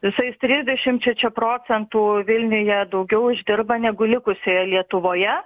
visais trisdešimčia čia procentų vilniuje daugiau uždirba negu likusioje lietuvoje